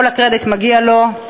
וכל הקרדיט מגיע לו.